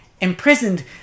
imprisoned